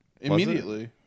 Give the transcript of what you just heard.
immediately